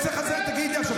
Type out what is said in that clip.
מי שמביא הצעת חוק,